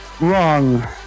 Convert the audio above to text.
wrong